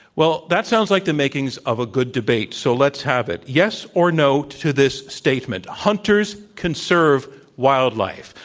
well, that sounds like the makings of a good debate. so let's have it, yes, or, no, to this statement, hunters conserve wildlife,